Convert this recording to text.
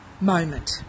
moment